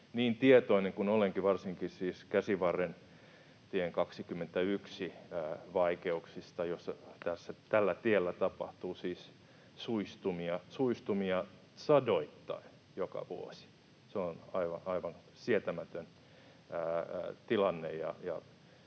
niin tietoinen kuin olenkin varsinkin Käsivarrentien, tien 21, vaikeuksista, joita tällä tiellä tapahtuu, siis suistumisia sadoittain joka vuosi — se on aivan sietämätön tilanne,